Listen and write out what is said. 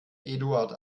eduard